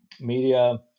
media